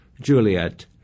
Juliet